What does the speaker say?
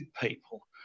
people